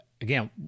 Again